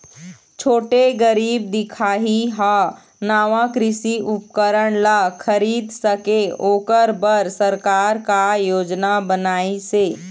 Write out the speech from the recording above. छोटे गरीब दिखाही हा नावा कृषि उपकरण ला खरीद सके ओकर बर सरकार का योजना बनाइसे?